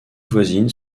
voisines